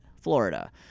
Florida